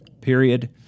period